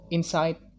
Inside